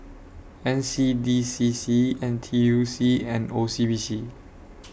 N C D C C N T U C and O C B C